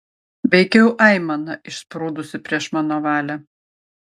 veikiau aimana išsprūdusi prieš mano valią